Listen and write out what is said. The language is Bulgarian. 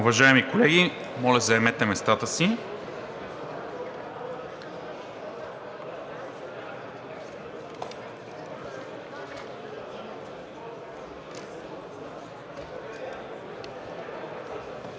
Уважаеми колеги, моля, заемете местата си.